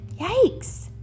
Yikes